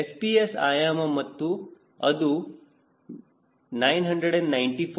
FPS ಆಯಾಮ ಮತ್ತು ಅದು 994